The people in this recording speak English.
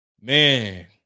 man